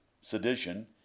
sedition